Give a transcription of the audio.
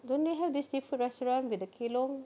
don't they have this seafood restaurant with a kelong